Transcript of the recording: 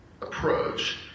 approach